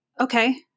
Okay